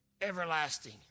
everlasting